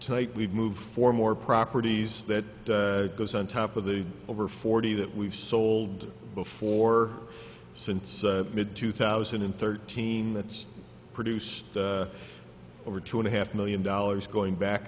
tight we've moved for more properties that goes on top of the over forty that we've sold before since mid two thousand and thirteen that's produced over two and a half million dollars going back